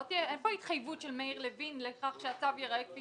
אין פה התחייבות של מאיר לוין לכך שהצו ייראה כפי